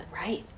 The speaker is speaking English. Right